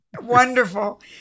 Wonderful